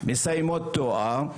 מסיימות תואר,